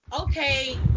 okay